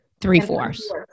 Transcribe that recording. three-fourths